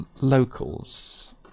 Locals